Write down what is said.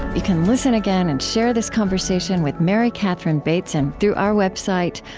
you can listen again and share this conversation with mary catherine bateson through our website,